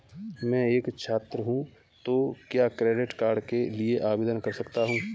मैं एक छात्र हूँ तो क्या क्रेडिट कार्ड के लिए आवेदन कर सकता हूँ?